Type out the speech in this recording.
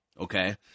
okay